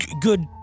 good